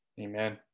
Amen